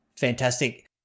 fantastic